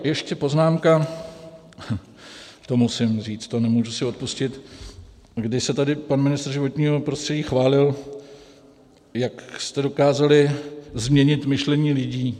Ještě poznámka, to musím říct, to si nemůžu odpustit, kdy se tady pan ministr životního prostředí chválil, jak jste dokázali změnit myšlení lidí.